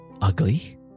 ugly